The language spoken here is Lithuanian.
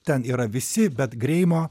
ten yra visi bet greimo